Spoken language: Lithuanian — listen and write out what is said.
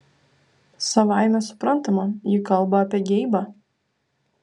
savaime suprantama ji kalba apie geibą